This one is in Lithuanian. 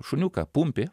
šuniuką pumpį